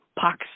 pox